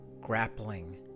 grappling